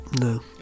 No